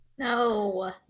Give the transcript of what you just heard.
No